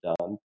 done